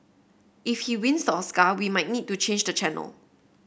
if he wins the Oscar we might need to change the channel